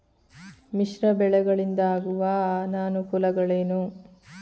ಮಿಶ್ರ ಬೆಳೆಗಳಿಂದಾಗುವ ಅನುಕೂಲಗಳೇನು?